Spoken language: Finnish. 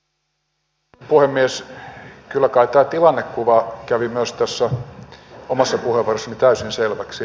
kyllä kai tämä tilannekuva kävi myös omassa puheenvuorossani täysin selväksi